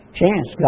chance